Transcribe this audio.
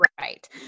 right